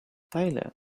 tyler